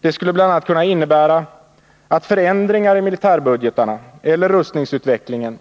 Det skulle bl.a. kunna innebära att förändringar i militärbudgeterna eller rustningsutvecklingen